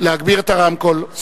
להגביר את הרמקול.